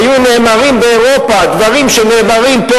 היו נאמרים באירופה דברים שנאמרים פה,